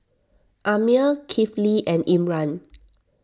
Ammir Kifli and Imran